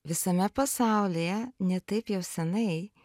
visame pasaulyje ne taip jau senai